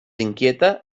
inquieta